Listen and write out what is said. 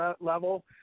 level